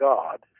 God